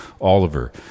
Oliver